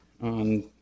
on